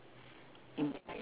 mm